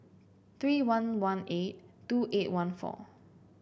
three one one eight two eight one four